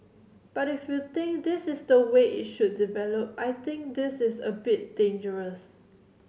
but if you think this is the way it should develop I think this is a bit dangerous